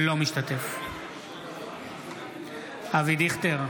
אינו משתתף בהצבעה אבי דיכטר,